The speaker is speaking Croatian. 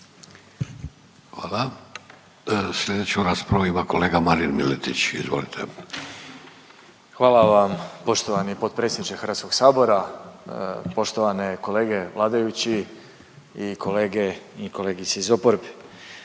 Hvala. Sljedeću raspravu ima kolega Marin Miletić, izvolite. **Miletić, Marin (MOST)** Hvala vam poštovani potpredsjedniče Hrvatskog sabora, poštovane kolege vladajući i kolege i kolegice iz oporbe.